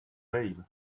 babe